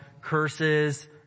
curses